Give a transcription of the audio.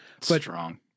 Strong